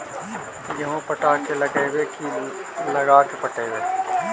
गेहूं पटा के लगइबै की लगा के पटइबै?